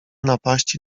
napaści